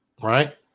right